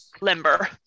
limber